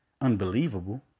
unbelievable